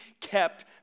kept